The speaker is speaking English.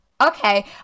Okay